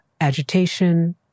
agitation